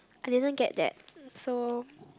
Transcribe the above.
I didn't get that so